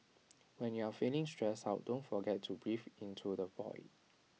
when you are feeling stressed out don't forget to breathe into the void